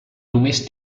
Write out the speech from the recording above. només